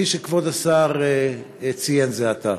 כפי שכבוד השר ציין זה עתה?